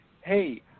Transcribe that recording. Hey